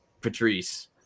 Patrice